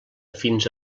fins